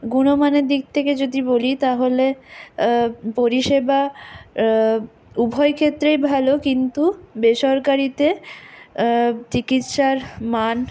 গুণমানের দিক থেকে যদি বলি তাহলে পরিষেবা উভয় ক্ষেত্রেই ভালো কিন্তু বেসরকারিতে চিকিৎসার মান